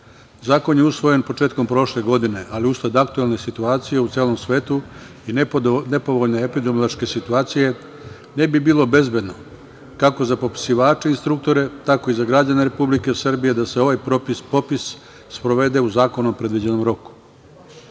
je usvojen početkom prošle godine, ali usled aktuelne situacije u celom svetu i nepovoljne epidemiološke situacije ne bi bilo bezbedno kako za popisivače instruktore, tako i za građane Republike Srbije da se ovaj popis sprovede u zakonom predviđenom roku. Stoga